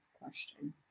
question